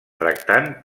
tractant